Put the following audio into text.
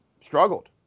struggled